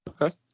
Okay